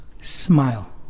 smile